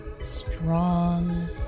strong